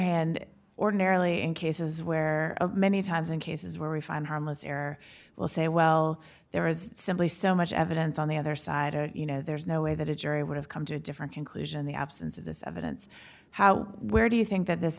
hand ordinarily in cases where many times in cases where we find harmless error will say well there is simply so much evidence on the other side you know there's no way that a jury would have come to a different conclusion the absence of this evidence how where do you think that this